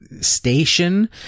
station